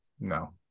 no